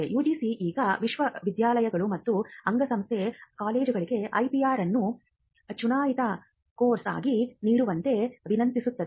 UGC ಈಗ ವಿಶ್ವವಿದ್ಯಾಲಯಗಳು ಮತ್ತು ಅಂಗಸಂಸ್ಥೆ ಕಾಲೇಜುಗಳಿಗೆ IPR ಅನ್ನು ಚುನಾಯಿತ ಕೋರ್ಸ್ ಆಗಿ ನೀಡುವಂತೆ ವಿನಂತಿಸುತ್ತದೆ